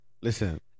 listen